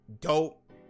dope